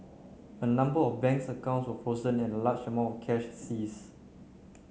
a number of banks accounts were frozen and a large amount cash seized